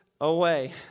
away